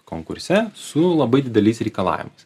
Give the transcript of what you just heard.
konkurse su labai dideliais reikalavimais